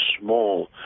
small